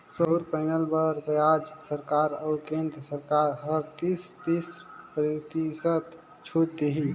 सउर पैनल बर रायज सरकार अउ केन्द्र सरकार हर तीस, तीस परतिसत छूत देही